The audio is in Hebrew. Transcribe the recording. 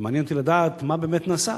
ומעניין אותי לדעת מה באמת נעשה.